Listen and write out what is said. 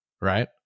right